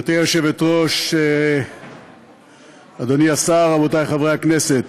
גברתי היושבת-ראש, אדוני השר, רבותי חברי הכנסת,